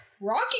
Rocky